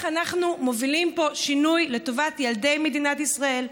אנחנו מובילים פה שינוי לטובת ילדי מדינת ישראל,